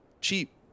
cheap